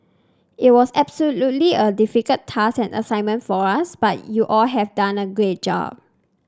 it was absolutely a difficult task and assignment for us but you all have done a great job